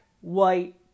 white